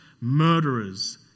murderers